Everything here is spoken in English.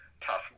tough